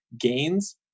gains